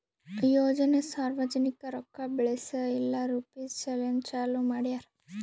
ಯೋಜನೆ ಸಾರ್ವಜನಿಕ ರೊಕ್ಕಾ ಬೆಳೆಸ್ ಇಲ್ಲಾ ರುಪೀಜ್ ಸಲೆಂದ್ ಚಾಲೂ ಮಾಡ್ಯಾರ್